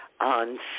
on